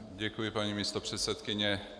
Děkuji, paní místopředsedkyně.